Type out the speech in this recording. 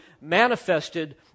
manifested